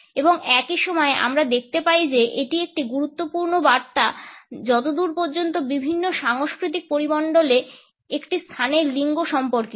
এবং একই সময়ে আমরা দেখতে পাই যে এটি একটি গুরুত্বপূর্ণ বার্তা যতদূর পর্যন্ত বিভিন্ন সাংস্কৃতিক পরিমণ্ডলে একটি স্থানের লিঙ্গ সম্পর্কিত